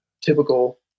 typical